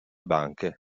banche